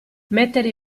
mettere